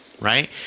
Right